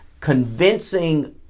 convincing